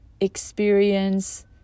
experience